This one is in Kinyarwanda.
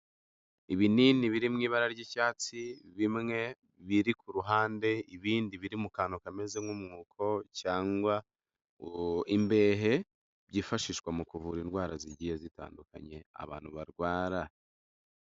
Ibinini biri mu ibara ry'icyatsi, bimwe biri ku ruhande ibindi biri mu kantu kameze nk'umwuko cyangwa imbehe, byifashishwa mu kuvura indwara zigiye zitandukanye abantu barwara.